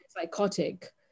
psychotic